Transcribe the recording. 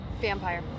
vampire